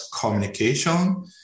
communication